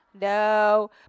No